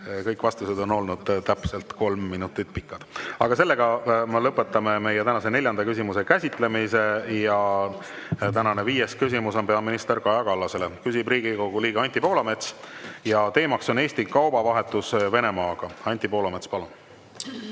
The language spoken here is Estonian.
kõik vastused on olnud täpselt kolm minutit pikad. Ma lõpetan tänase neljanda küsimuse käsitlemise. Tänane viies küsimus on peaminister Kaja Kallasele. Küsib Riigikogu liige Anti Poolamets ja teema on Eesti kaubavahetus Venemaaga. Anti Poolamets, palun!